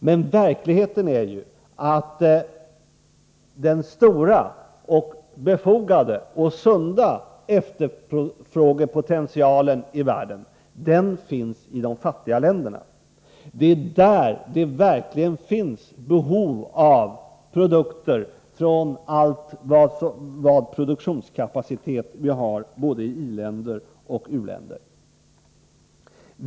Men verkligheten är ju att den stora, befogade och sunda efterfrågepotentialen i världen finns i de fattiga länderna. Det är där som det verkligen finns behov av produkter från all den produktionskapacitet som vi har både i i-länder och i u-länder.